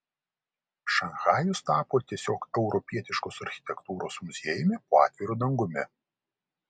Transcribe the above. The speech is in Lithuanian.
šanchajus tapo tiesiog europietiškos architektūros muziejumi po atviru dangumi